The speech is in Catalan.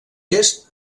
est